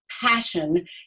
passion